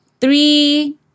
three